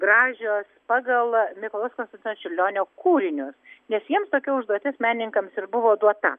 gražios pagal mikalojaus konstantino čiurlionio kūrinius nes jiems tokia užduotis menininkams ir buvo duota